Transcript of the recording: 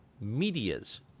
media's